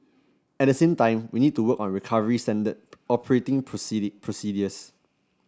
at the same time we need to work on recovery standard operating procedures